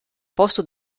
posto